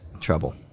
trouble